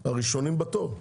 הראשונים בתור.